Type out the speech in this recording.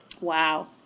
Wow